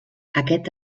aquest